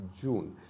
June